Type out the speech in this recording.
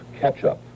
catch-up